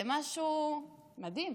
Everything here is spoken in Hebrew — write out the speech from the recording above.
זה משהו מדהים,